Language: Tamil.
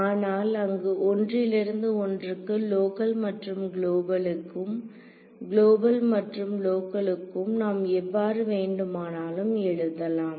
ஆனால் அங்கு ஒன்றிலிருந்து ஒன்றுக்கு லோக்கல் மற்றும் குளோபலுக்கு குளோபல் மற்றும் லோக்கலுக்கு நாம் எவ்வாறு வேண்டுமானாலும் எழுதலாம்